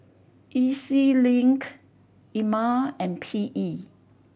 E Z Link Ema and P E